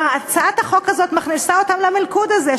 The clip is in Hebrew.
והצעת החוק הזאת מכניסה אותם למלכוד הזה,